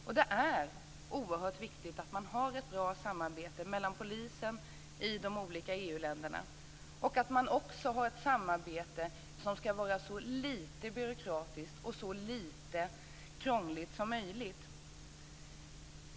Och det är oerhört viktigt att man har ett bra samarbete mellan polisen i de olika EU-länderna och att man också har ett samarbete som ska vara så lite byråkratiskt och så lite krångligt som möjligt.